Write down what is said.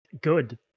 good